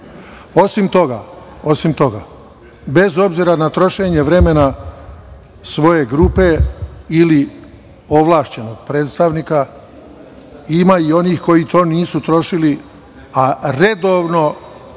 živo. Osim toga, bez obzira na trošenje vremena svoje grupe, ili ovlašćenog predstavnika, ima i onih koji to nisu trošili a redovno